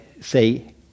say